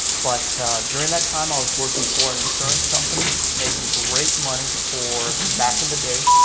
but during that time, i was working for an insurance company making great money for back in the day.